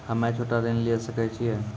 हम्मे छोटा ऋण लिये सकय छियै?